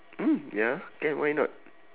mm ya can why not